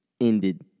ended